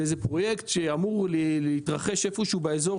חלוקת הגז הטבעי היא פרויקט שלא מקבל עדיפות לאומית כתשתית לאומית בשום